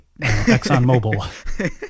ExxonMobil